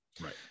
Right